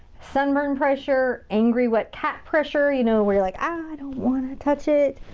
sunburn pressure, angry wet cat pressure, you know where you're like, ah, i don't want to touch it,